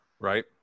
Right